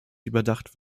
überdacht